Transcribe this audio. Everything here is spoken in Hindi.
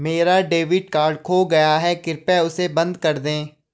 मेरा डेबिट कार्ड खो गया है, कृपया उसे बंद कर दें